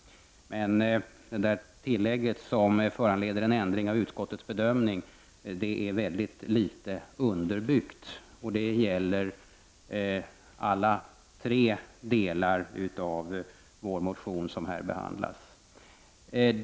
Tillägget ''som föranleder en ändring av utskottets bedömning'' är väldigt dåligt underbyggt, och det gäller alla tre delar av vår motion som här behandlas.